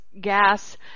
gas